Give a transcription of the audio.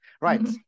right